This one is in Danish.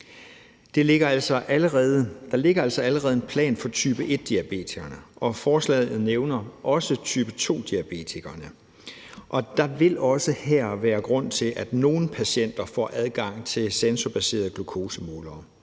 Der ligger altså allerede en plan for type 1-diabetikerne, og forslaget nævner også type 2-diabetikerne. Der vil også her være grund til, at nogle patienter får adgang til sensorbaserede glukosemålere,